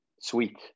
Sweet